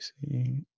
see